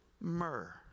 Myrrh